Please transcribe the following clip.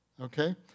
okay